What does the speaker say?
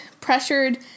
pressured